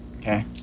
Okay